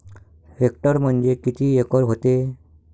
Hectare म्हणजे किती acre व्हते?